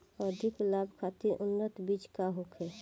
अधिक लाभ खातिर उन्नत बीज का होखे?